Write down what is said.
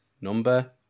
number